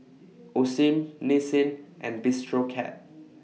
Osim Nissin and Bistro Cat